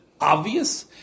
obvious